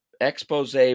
expose